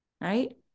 right